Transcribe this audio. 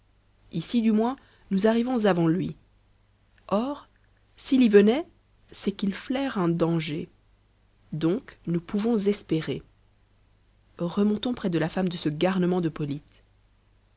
ici du moins nous arrivons avant lui or s'il y venait c'est qu'il flaire un danger donc nous pouvons espérer remontons près de la femme de ce garnement de polyte